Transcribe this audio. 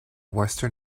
western